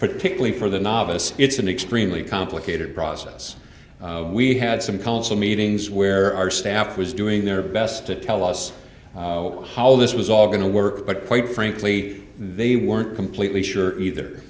particularly for the novice it's an extremely complicated process we had some council meetings where our staff was doing their best to tell us how this was all going to work but quite frankly they weren't completely sure either